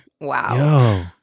Wow